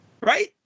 Right